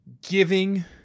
giving